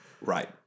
right